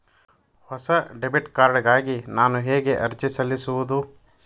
ಹೊಸ debit card ಗಾಗಿ ನಾನು ಹೇಗೆ ಅರ್ಜಿ ಸಲ್ಲಿಸುವುದು?